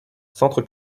centre